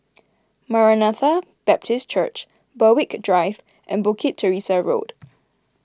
Maranatha Baptist Church Berwick Drive and Bukit Teresa Road